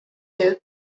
you